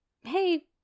hey